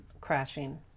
crashing